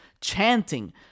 chanting